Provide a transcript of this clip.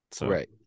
Right